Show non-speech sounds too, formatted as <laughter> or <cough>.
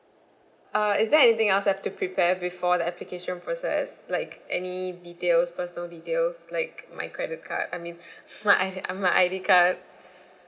uh is there anything else I've to prepare before the application process like any details personal details like my credit card I mean <breath> my I~ my I_D card